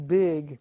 big